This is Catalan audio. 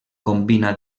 combina